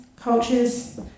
cultures